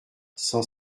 cent